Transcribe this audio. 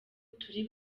turi